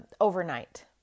overnight